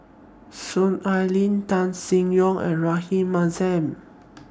Soon Ai Ling Tan Seng Yong and Rahayu Mahzam